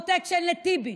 פרוטקשן לטיבי,